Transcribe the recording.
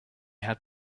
had